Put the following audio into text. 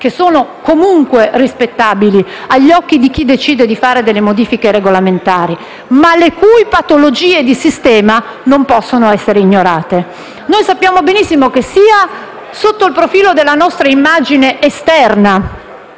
che sono comunque rispettabili agli occhi di chi decide di fare delle modifiche regolamentari, ma le patologie di sistema non possono essere ignorate. Noi sappiamo benissimo di dover tenere conto sia del profilo della nostra immagine esterna,